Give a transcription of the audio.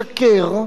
לשקר,